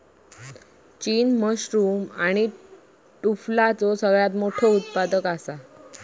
चीन मशरूम आणि टुफलाचो सगळ्यात मोठो उत्पादक हा